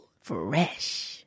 Fresh